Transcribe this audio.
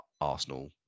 Arsenal